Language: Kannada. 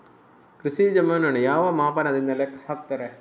ಕೃಷಿ ಜಮೀನನ್ನು ಯಾವ ಮಾಪನದಿಂದ ಲೆಕ್ಕ ಹಾಕ್ತರೆ?